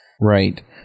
Right